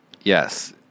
Yes